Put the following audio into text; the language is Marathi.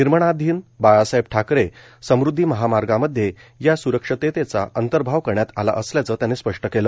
निर्माणाधीन बाळासाहेब ठाकरे समृद्धी महामार्गमध्ये या सुरक्षतेचा अंतर्भाव करण्यात आला असल्याचं त्यांनी स्पष्ट केलं